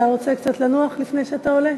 אתה רוצה קצת לנוח לפני שאתה עולה?